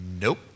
Nope